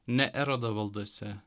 ne erodo valdose